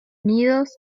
unidos